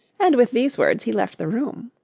and with these words he left the room.